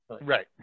Right